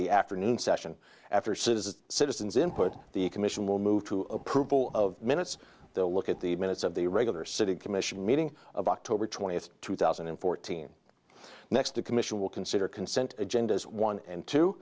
the afternoon session after says citizens input the commission will move to approval of minutes they'll look at the minutes of the regular city commission meeting of october twentieth two thousand and fourteen next the commission will consider consent agendas one and two